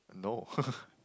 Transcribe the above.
no